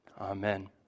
Amen